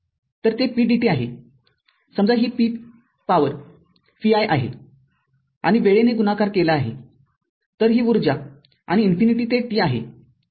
तर ते p dt आहे समजा p ही पॉवर v I आहे आणि वेळेने गुणाकार केला आहे तर ही ऊर्जा आणि इन्फिनिटी ते t आहे